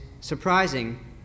surprising